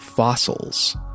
Fossils